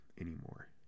anymore